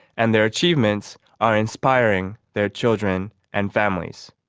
and their achievements are inspiring their children and families.